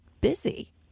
busy